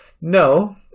no